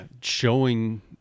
showing